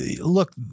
look